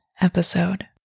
episode